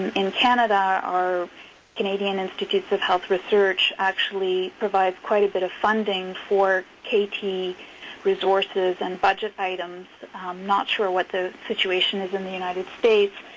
in canada, our canadian institutes of health research actually provides quite a bit of funding for kt resources and budget items. i'm not sure what the situation is in the united states,